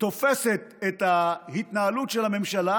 תופסת את ההתנהלות של הממשלה